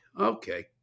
Okay